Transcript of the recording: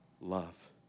love